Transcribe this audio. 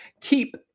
Keep